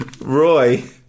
Roy